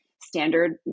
standard